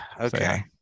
Okay